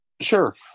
Sure